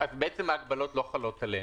ההגבלות לא חלות עליהם.